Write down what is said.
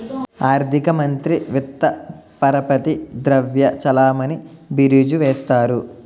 ఆర్థిక మంత్రి విత్త పరపతి ద్రవ్య చలామణి బీరీజు వేస్తారు